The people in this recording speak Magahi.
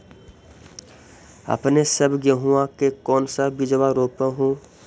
अपने सब गेहुमा के कौन सा बिजबा रोप हू?